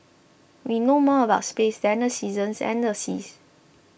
we know more about space than the seasons and the seas